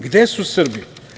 Gde su Srbi?